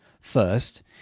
First